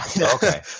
okay